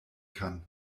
kann